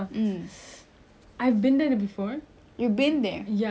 ya should I say the one I've been there before or should I create something